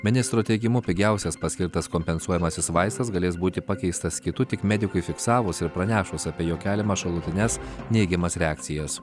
ministro teigimu pigiausias paskirtas kompensuojamasis vaistas galės būti pakeistas kitu tik medikui fiksavus ir pranešus apie jo keliamą šalutines neigiamas reakcijas